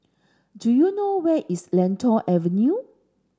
do you know where is Lentor Avenue